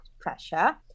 pressure